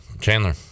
Chandler